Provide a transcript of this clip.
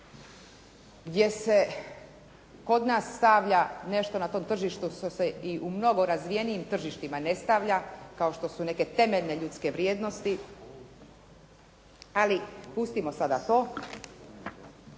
gdje se kod nas stavlja nešto na tom tržištu što se i u mnogo razvijenijim tržištima ne stavlja kao što su neke temeljne ljudske vrijednosti, ali pustimo sada to,